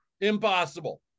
Impossible